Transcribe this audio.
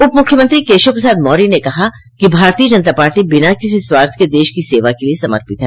उप मुख्यमंत्री केशव प्रसाद मौर्य ने कहा कि भारतीय जनता पार्टी बिना किसी स्वार्थ के देश की सेवा के लिए समर्पित है